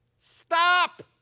stop